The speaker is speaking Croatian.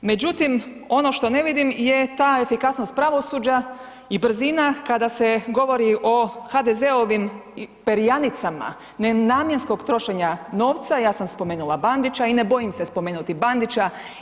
Međutim, ono što ne vidim je ta efikasnost pravosuđa i brzina kada se govori o HDZ-ovim perjanicama nenamjenskog trošenja novca, ja sam spomenula Bandića i ne bojim se spomenuti Bandića.